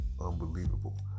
unbelievable